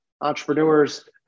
entrepreneurs